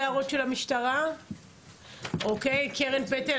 קרן פטל,